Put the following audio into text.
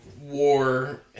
war